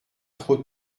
trop